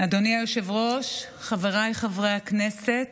אדוני היושב-ראש, חבריי חברי הכנסת,